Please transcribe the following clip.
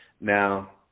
Now